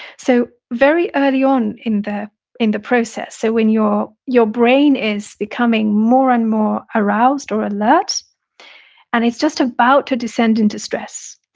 so, very early on in the in the process so when your your brain is becoming more and more aroused or alert and it's just about to descend into stress,